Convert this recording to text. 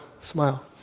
smile